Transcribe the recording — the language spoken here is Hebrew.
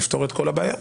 נפתור את כל הבעיה.